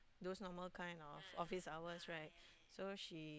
those normal kind of office hours right so she